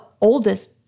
oldest